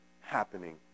happening